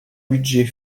budget